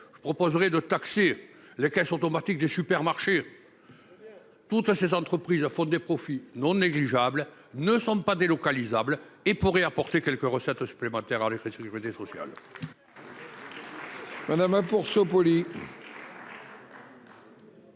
je proposerai de taxer les caisses automatiques des supermarchés. Toutes ces entreprises à font des profits non négligeables, ne sont pas délocalisables et pourraient apporter quelques recettes supplémentaires à l'effet de sécurité sociale. Madame hein pour ce.